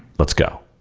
let's go.